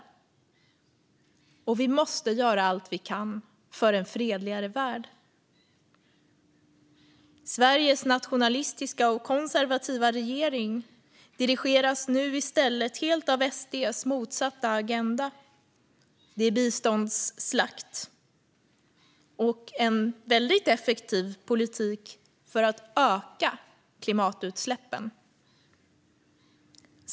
Och vi måste göra allt vi kan för en fredligare värld. Sveriges nationalistiska och konservativa regering dirigeras nu i stället helt av SD:s motsatta agenda. Det är biståndsslakt och en väldigt effektiv politik för att öka klimatutsläppen.